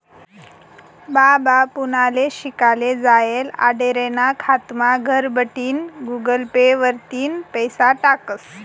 बाबा पुनाले शिकाले जायेल आंडेरना खातामा घरबठीन गुगल पे वरतीन पैसा टाकस